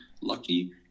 lucky